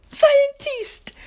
scientist